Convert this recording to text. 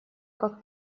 как